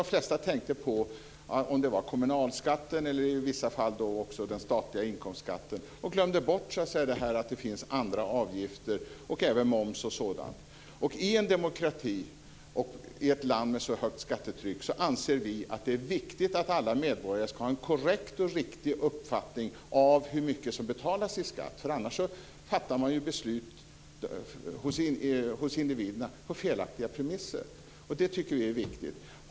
De flesta tänkte på om det var kommunalskatt eller i vissa fall statlig inkomstskatt och glömde bort att det finns andra avgifter och även moms och sådant. I en demokrati och i ett land med så högt skattetryck anser vi att det är viktigt att alla medborgare ska ha en korrekt och riktig uppfattning om hur mycket som betalas i skatt. Annars fattar ju individerna beslut på felaktiga premisser. Det tycker vi är viktigt.